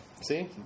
see